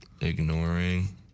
Ignoring